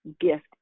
gift